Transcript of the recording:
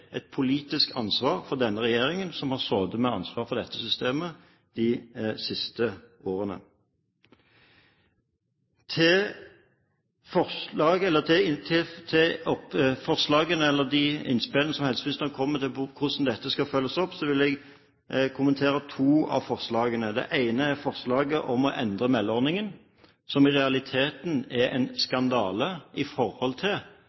et politisk ansvar for denne regjeringen, som har sittet med ansvaret for dette systemet de siste årene. Når det gjelder forslagene som helseministeren kom med til hvordan dette skal følges opp, vil jeg kommentere to av dem. Det ene er forslaget om å endre meldeordningen, som i realiteten er en